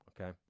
Okay